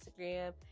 Instagram